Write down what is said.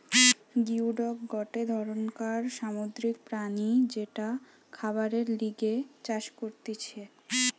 geoduck গটে ধরণকার সামুদ্রিক প্রাণী যেটা খাবারের লিগে চাষ করতিছে